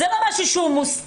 זה לא מישהו שהוא מוסתר.